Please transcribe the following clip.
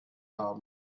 haben